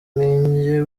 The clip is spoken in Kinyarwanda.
ninjye